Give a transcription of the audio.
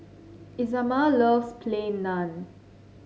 Isamar loves Plain Naan